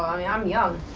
um yeah i'm young.